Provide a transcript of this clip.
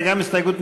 מי בעד ההסתייגות?